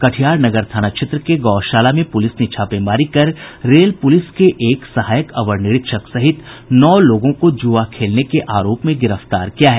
कटिहार नगर थाना क्षेत्र के गौशाला में पुलिस ने छापेमारी कर रेल पुलिस के एक सहायक अवर निरीक्षक सहित नौ लोगों को जुआ खेलने के आरोप में गिरफ्तार किया है